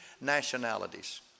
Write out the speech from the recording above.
nationalities